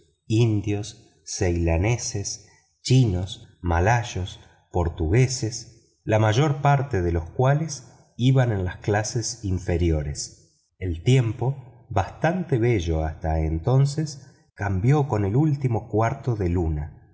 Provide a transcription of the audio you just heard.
indios ceilaneses chinos malayos portugueses la mayor parte de los cuales iban en las clases inferiores el tiempo bastante bello hasta entonces cambió con el último cuarto de luna